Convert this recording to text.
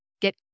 get